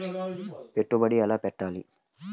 పెట్టుబడి ఎలా పెట్టాలి?